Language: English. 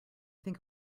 think